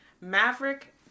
Maverick